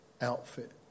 outfit